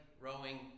rowing